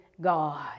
God